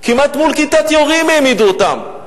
כמעט מול כיתת יורים העמידו אותם.